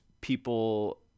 people